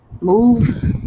Move